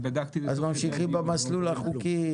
אז ממשיכים במסלול החוקי